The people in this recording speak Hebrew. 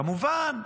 כמובן,